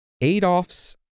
Adolf's